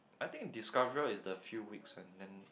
I think discover is the few weeks and then